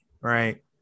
right